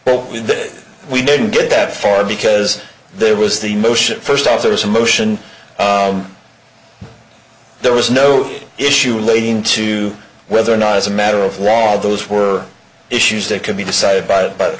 that we didn't get that far because there was the motion first off there was a motion there was no issue relating to whether or not as a matter of law those were issues that could be decided by it but of